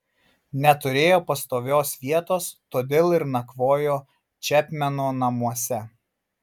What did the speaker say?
neturėjo pastovios vietos todėl ir nakvojo čepmeno namuose